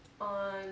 On